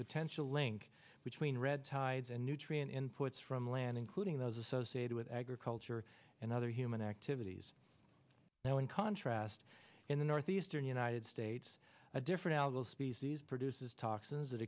potential link between red tides and nutrient inputs from land including those associated with agriculture and other human activities now in contrast in the northeastern united states a different algal species produces toxins that